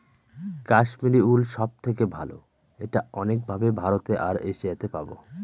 Kashmiri wool সব থেকে ভালো এটা অনেক ভাবে ভারতে আর এশিয়াতে পাবো